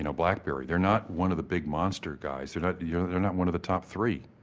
you know blackberry. they're not one of the big monster guys. they're not yeah they're not one of the top three,